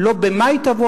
לא במאי תבוא